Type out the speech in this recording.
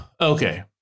Okay